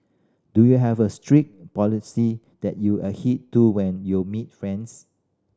do you have a strict policy that you adhere to when you are meet fans